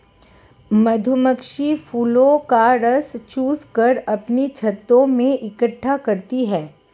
मधुमक्खी फूलों का रस चूस कर अपने छत्ते में इकट्ठा करती हैं